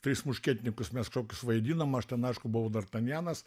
tris muškietininkus mes kažkokius vaidinom aš ten aišku buvau dartanjanas